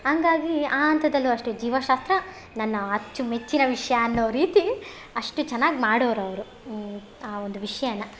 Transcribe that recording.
ಹಂಗಾಗೀ ಆ ಹಂತದಲ್ಲು ಅಷ್ಟೆ ಜೀವಶಾಸ್ತ್ರ ನನ್ನ ಅಚ್ಚು ಮೆಚ್ಚಿನ ವಿಷಯ ಅನ್ನೋ ರೀತಿ ಅಷ್ಟು ಚೆನ್ನಾಗಿ ಮಾಡೋರು ಅವರು ಆ ಒಂದು ವಿಷಯಾನ